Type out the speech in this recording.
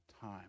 time